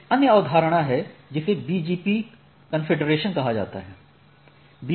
एक अन्य अवधारणा है जिसे BGP कंफेडेरशन कहा जाता है